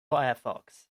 firefox